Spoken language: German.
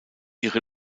ihre